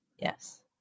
Yes